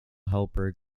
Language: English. helper